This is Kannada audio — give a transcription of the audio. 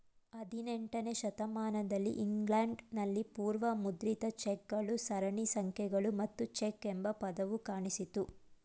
ಹದಿನೆಂಟನೇ ಶತಮಾನದಲ್ಲಿ ಇಂಗ್ಲೆಂಡ್ ನಲ್ಲಿ ಪೂರ್ವ ಮುದ್ರಿತ ಚೆಕ್ ಗಳು ಸರಣಿ ಸಂಖ್ಯೆಗಳು ಮತ್ತು ಚೆಕ್ ಎಂಬ ಪದವು ಕಾಣಿಸಿತ್ತು